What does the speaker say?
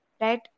right